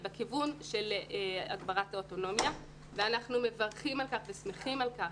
היא בכיוון של הגברת האוטונומיה ואנחנו מברכים על כך ושמחים על כך,